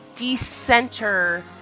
Decenter